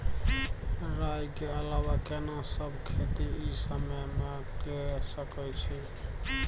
राई के अलावा केना सब खेती इ समय म के सकैछी?